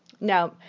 no